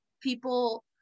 people